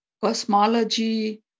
Cosmology